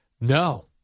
No